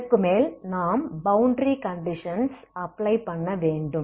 இதற்கு மேல் நாம் பௌண்டரி கண்டிஷன்ஸ் அப்ளை பண்ண வேண்டும்